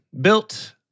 built